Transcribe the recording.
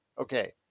okay